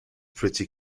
pretty